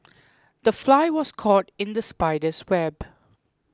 the fly was caught in the spider's web